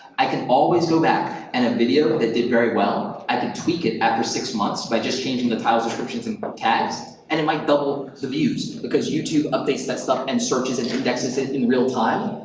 i can always go back, and a video that did very well, i could tweak it after six months by just changing the titles, descriptions, and um tags, and it might double the views, because youtube updates that stuff and searches and indexes it in real time,